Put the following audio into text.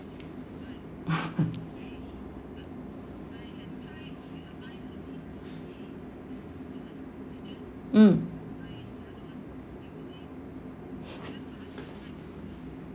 mm